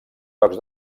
jocs